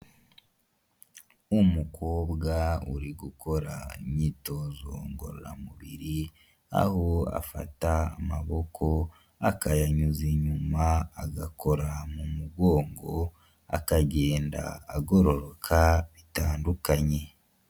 Umukobwa uri gukora imyitozo ngororamubiri aho afata amaboko akayanyuza inyuma agakora mu mugongo akagenda agororoka bitandukanye.